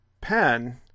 pen